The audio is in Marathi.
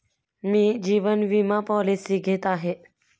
मी जीवन विमा पॉलिसी घेत आहे